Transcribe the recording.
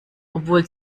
obwohl